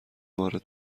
وارد